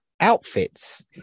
Outfits